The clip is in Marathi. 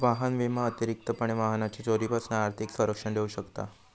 वाहन विमा अतिरिक्तपणे वाहनाच्यो चोरीपासून आर्थिक संरक्षण देऊ शकता